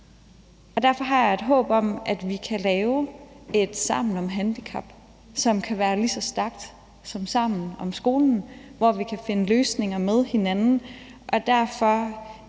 Derfor har jeg et håb om, at vi kan lave et Sammen om handicap, som kan være lige så stærkt som Sammen om skolen, hvor vi kan finde løsninger med hinanden.